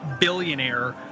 billionaire